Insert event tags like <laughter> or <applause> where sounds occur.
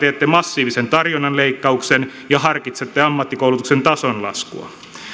<unintelligible> teette massiivisen tarjonnan leikkauksen ja harkitsette ammattikoulutuksen tason laskua